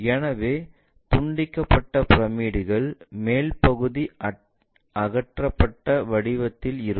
எனவே துண்டிக்கப்பட்ட பிரமிடுகள் மேல் பகுதி அகற்றப்பட்ட வடிவத்தில் இருக்கும்